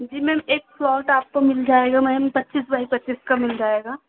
जी ma'am एक plot आपको मिल जाएगा मैम पच्चीस बाय पच्चीस का मिल जाएगा